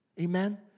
Amen